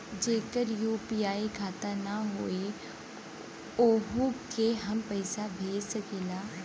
जेकर यू.पी.आई खाता ना होई वोहू के हम पैसा भेज सकीला?